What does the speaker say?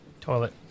Toilet